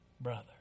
brother